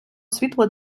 світло